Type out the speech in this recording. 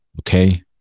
Okay